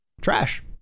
trash